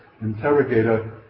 interrogator